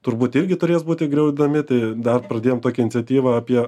turbūt irgi turės būti griaudami tai dar pradėjom tokią iniciatyvą apie